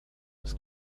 his